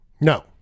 No